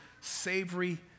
savory